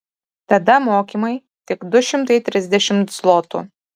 tada mokymai tik du šimtai trisdešimt zlotų